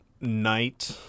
night